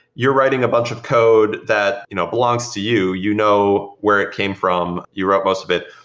you're writing a bunch of code that you know belongs to you. you know where it came from. you wrote most of it,